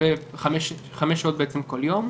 5 שעות בעצם כל יום,